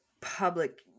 public